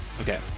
Okay